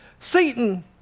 Satan